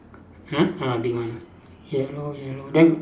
hmm ah big one yellow yellow then